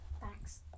Thanks